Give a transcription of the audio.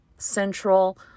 central